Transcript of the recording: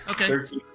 Okay